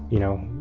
you know,